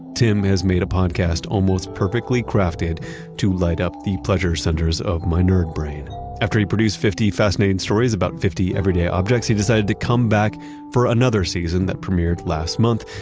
tim has made a podcast almost perfectly crafted to light up the pleasure centers of my nerd brain after he produced fifty fascinating stories about fifty everyday objects, he decided to come back for another season that premiered last month,